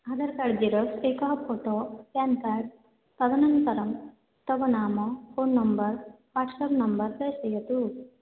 Aadhaar card xerox एकं photo pen card तदनन्तरं तव नाम फ़ोन् नम्बर् वाट्सेप् नम्बर् प्रेषयतु